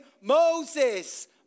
Moses